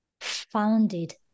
founded